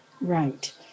Right